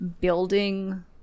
building